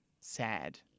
sad